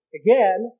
again